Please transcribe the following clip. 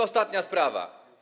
Ostatnia sprawa.